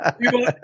People